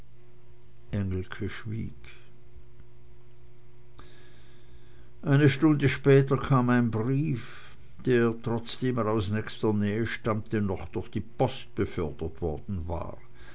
schwieg eine stunde später kam ein brief der trotzdem er aus nächster nähe stammte doch durch die post befördert worden war